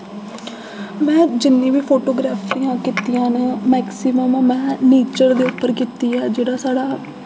में जिन्नी बी फोटोग्राफियां कीत्तियां न मैक्सिमम में नेचर दे उप्पर कीती ऐ जेह्ड़ा साढ़ा